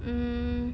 mm